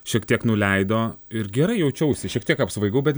šiek tiek nuleido ir gerai jaučiausi šiek tiek apsvaigau bet